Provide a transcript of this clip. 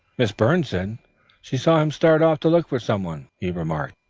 miss byrne said she saw him start off to look for some one, he remarked.